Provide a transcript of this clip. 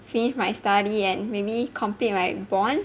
finish my study and maybe compete my bond